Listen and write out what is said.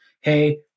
hey